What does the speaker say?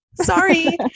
Sorry